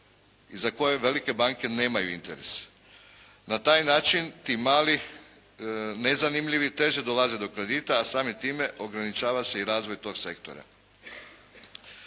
i za koje velike banke nemaju interes. Na taj način ti mali, nezanimljivi teže dolaze do kredita, a samim time ograničava se razvoj i tog sektora.